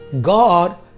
God